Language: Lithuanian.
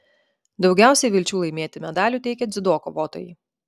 daugiausiai vilčių laimėti medalių teikė dziudo kovotojai